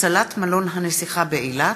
הצלת מלון "הנסיכה" באילת.